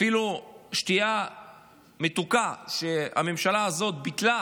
אפילו השתייה המתוקה, והממשלה הזאת ביטלה